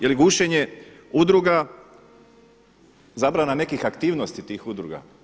Je li gušenje udruga zabrana nekih aktivnosti tih udruga?